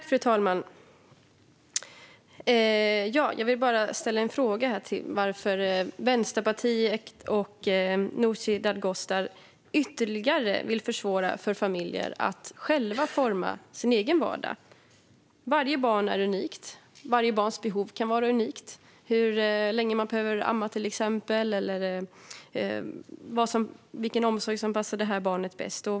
Fru talman! Jag vill fråga varför Vänsterpartiet och Nooshi Dadgostar ytterligare vill försvåra för familjer att själva forma sin egen vardag. Varje barn är unikt. Varje barns behov kan vara unikt, till exempel hur länge man behöver amma eller vilken omsorg som passar barnet bäst.